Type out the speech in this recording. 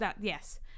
yes